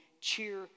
cheer